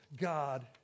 God